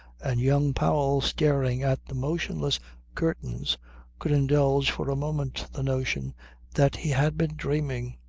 and young powell staring at the motionless curtains could indulge for a moment the notion that he had been dreaming.